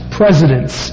presidents